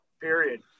period